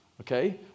okay